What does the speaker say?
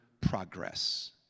progress